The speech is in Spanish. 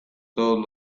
todos